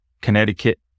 Connecticut